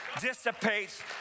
dissipates